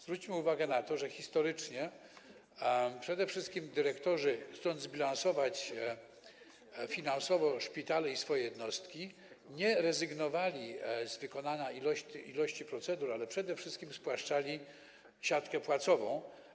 Zwróćmy uwagę na to, że, historycznie biorąc, dyrektorzy, chcąc zbilansować finansowo szpitale, swoje jednostki, nie rezygnowali z wykonania pewnej ilości procedur, ale przede wszystkim spłaszczali siatkę płacową.